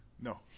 No